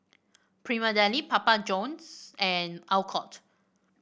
Prima Deli Papa Johns and Alcott